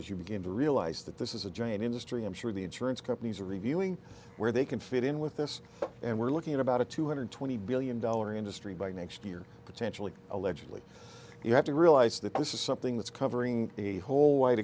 as you begin to realize that this is a giant industry i'm sure the insurance companies are reviewing where they can fit in with this and we're looking at about a two hundred twenty billion dollar industry by next year potentially allegedly you have to realize that this is something that's covering a whole wide